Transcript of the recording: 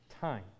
time